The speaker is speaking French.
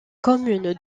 commune